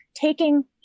taking